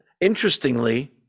interestingly